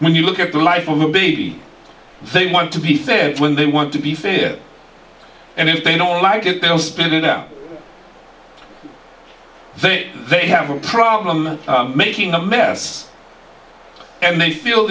when you look at the life of a baby they want to be fed when they want to be fear and if they don't like it then spit it out then they have a problem making a mess and they feel